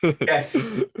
Yes